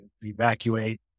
evacuate